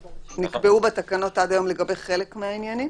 שנקבעו בתקנות עד היום לגבי חלק מהעניינים.